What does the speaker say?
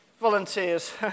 Volunteers